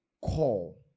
call